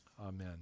Amen